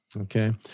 okay